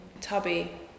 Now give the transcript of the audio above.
Tubby